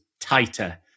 tighter